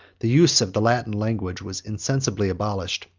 the use of the latin language was insensibly abolished,